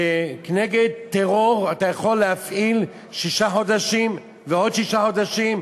כנגד טרור אתה יכול להפעיל שישה חודשים ועוד שישה חודשים,